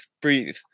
breathe